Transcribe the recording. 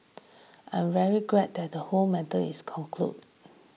I am very glad that the whole matter is concluded